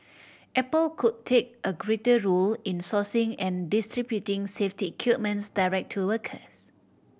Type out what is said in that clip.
apple could take a greater role in sourcing and distributing safety equipment direct to workers